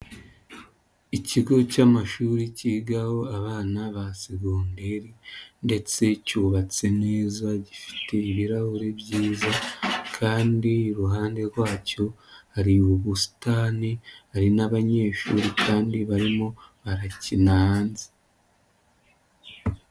Ikigo cy'amashuri cyigaho abana ba segonderi ndetse cyubatse neza, gifite ibirahuri byiza kandi iruhande rwacyo hari ubusitani, hari n'abanyeshuri kandi barimo barakina hanze.